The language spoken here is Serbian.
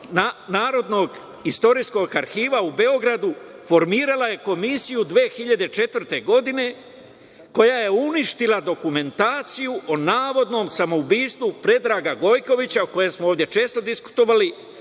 Narodnog istorijskog arhiva u Beogradu, formirala je komisiju 2004. godine, koja je uništila dokumentaciju o navodnom samoubistvu Predraga Gojkovića , o kojem smo ovde često diskutovali,